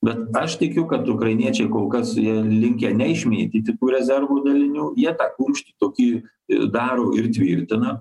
bet aš tikiu kad ukrainiečiai kol kas jie linkę ne išmėtyti tų rezervų dalinių jie tą kumštį tokį daro ir tvirtina